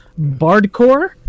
Bardcore